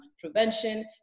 prevention